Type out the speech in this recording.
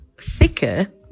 thicker